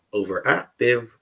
overactive